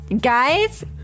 Guys